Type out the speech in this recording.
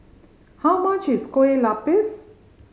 how much is Kueh Lapis